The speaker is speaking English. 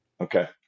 Okay